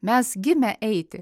mes gimę eiti